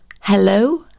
hello